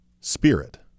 spirit